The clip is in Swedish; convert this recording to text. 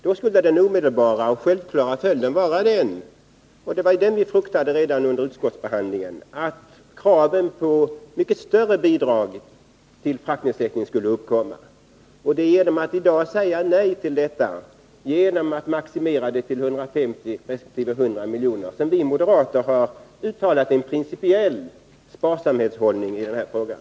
Då kan den omedelbara och självklara följden bli — och det var det vi fruktade redan under utskottsbehandlingen — att kraven på mycket större bidrag till fraktkostnadsnedsättningen uppkommer. Det är genom att i dag säga nej till detta genom att maximera beloppen till 150 resp. 100 milj.kr. som vi moderater har intagit en principiell sparsamhetshållning i den här frågan.